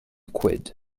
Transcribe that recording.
quid